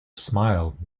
smiled